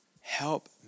help